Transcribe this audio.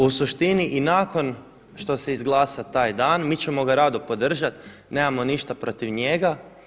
U suštini i nakon što se izglasa taj dan mi ćemo ga rado podržati, nemamo ništa protiv njega.